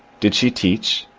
did she teach,